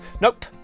Nope